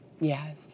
Yes